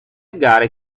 gare